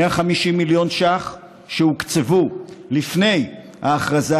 150 מיליון ש"ח שהוקצבו לפני ההכרזה